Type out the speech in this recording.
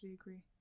agree